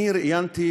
אני ראיינתי,